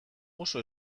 oso